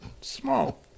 small